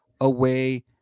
away